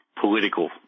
political